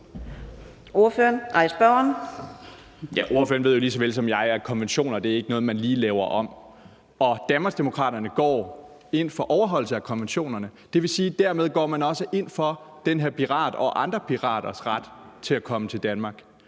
Bjørn (DF): Ordføreren ved jo lige så vel som jeg, at konventioner ikke er noget, man lige laver om, og Danmarksdemokraterne går ind for overholdelse af konventionerne. Det vil sige, at dermed går man også ind for den her pirats og andre piraters ret til at komme til Danmark.